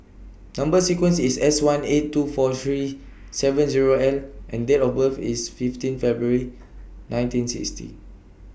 Number sequence IS S one eight two four three seven Zero L and Date of birth IS fifteen February nineteen sixty